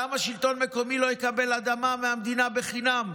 למה שלטון מקומי לא יקבל אדמה מהמדינה בחינם,